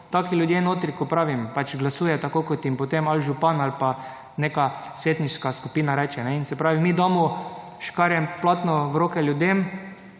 taki ljudje notri, kot pravim, pač glasuje tako kot jim potem ali župan ali pa neka svetniška skupina reče in se pravi, mi damo škarje in platno v roke ljudem,